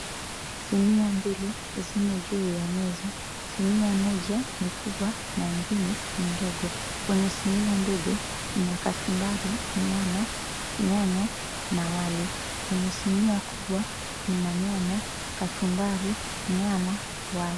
Sinia mbili zimo juu ya meza. Sinia moja ni kubwa na ingine ni ndogo. Kwenye sinia ndogo mna kachumbari, nyama, nyanya na wali. Kwenye sinia kubwa mna nyanya, kachumbari, nyama, wali.